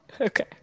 Okay